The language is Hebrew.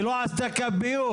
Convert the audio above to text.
המדינה לא עשתה קו ביוב,